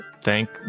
thank